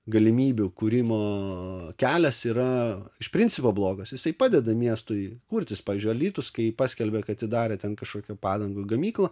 galimybių kūrimo kelias yra iš principo blogas jisai padeda miestui kurtis pavyzdžiui alytus kai paskelbė kad atidarė ten kažkokią padangų gamyklą